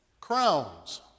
crowns